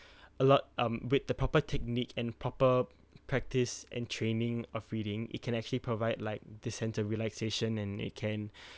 a lot um with the proper technique and proper practice and training of reading it can actually provide like the sense of relaxation and it can